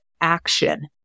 action